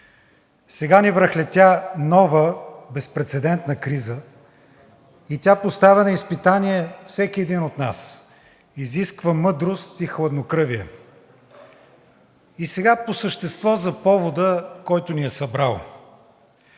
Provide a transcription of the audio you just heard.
Сега ни връхлетя нова, безпрецедентна криза и тя поставя на изпитание всеки един от нас, изисква мъдрост и хладнокръвие. По същество за повода, който ни е събрал.